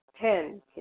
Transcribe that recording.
Ten